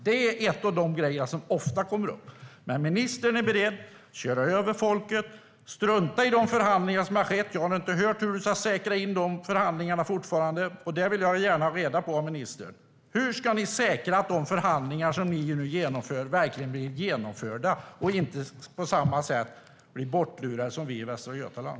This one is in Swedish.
Det är en av de grejer som ofta kommer upp. Men ministern är beredd att köra över folket och strunta i de förhandlingar som har skett. Jag har fortfarande inte hört hur du ska säkra de förhandlingarna. Det vill jag gärna ha reda på av ministern. Hur ska ni säkra att de förhandlingar som ni nu genomför verkligen blir genomförda och att man inte på samma sätt blir bortlurad som vi i Västra Götaland?